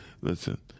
Listen